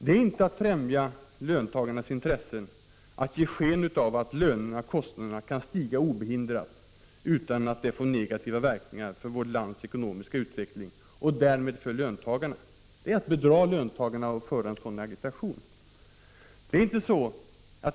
Det är inte att främja löntagarnas intressen om man ger sken av att lönerna och kostnaderna kan stiga obehindrat utan att det får negativa verkningar för vårt lands ekonomiska utveckling och därmed också för löntagarna. Det är att bedra löntagarna att agitera på det sättet.